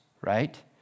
right